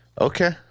Okay